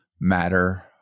matter